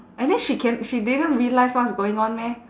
and then she can she didn't realise what's going on meh